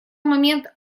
момент